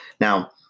now